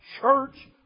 church